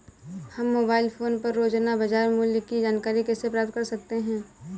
हम mobile phone पर रोजाना बाजार मूल्य की जानकारी कैसे प्राप्त कर सकते हैं?